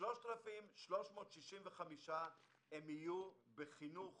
3,365 יהיו בכיתות חינוך